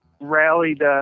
rallied